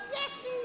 yes